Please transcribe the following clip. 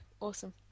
Awesome